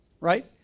right